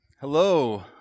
Hello